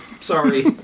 sorry